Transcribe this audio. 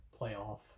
playoff